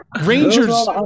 rangers